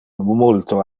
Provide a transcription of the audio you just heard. multo